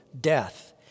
death